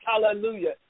Hallelujah